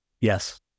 yes